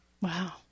Wow